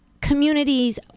Communities